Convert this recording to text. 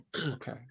Okay